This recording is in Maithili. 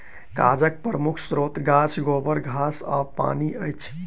कागजक प्रमुख स्रोत गाछ, गोबर, घास आ पानि अछि